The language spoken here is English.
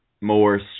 more